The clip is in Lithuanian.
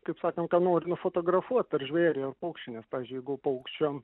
kaip sakant ką nori nufotografuot ar žvėrį ar paukštį nes pavyzdžiui jeigu paukščiam